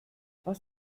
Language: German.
was